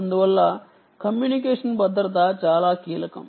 అందువల్ల కమ్యూనికేషన్ భద్రత చాలా కీలకం